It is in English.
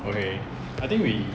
okay I think we